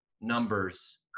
numbers